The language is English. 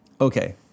Okay